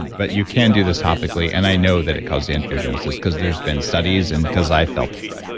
but you can do this topically. and i know that it caused the angiogenesis because there's been studies and because i felt it.